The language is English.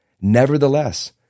Nevertheless